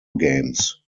games